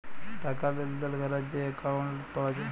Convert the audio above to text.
টাকা লেলদেল ক্যরার যে একাউল্ট পাউয়া যায়